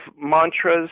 mantras